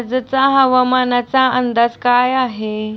आजचा हवामानाचा अंदाज काय आहे?